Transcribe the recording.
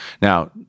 Now